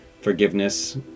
forgiveness